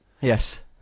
Yes